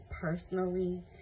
personally